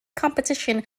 competition